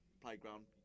Playground